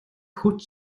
хүч